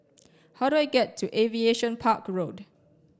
how do I get to Aviation Park Road